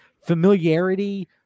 familiarity